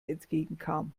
entgegenkam